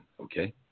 Okay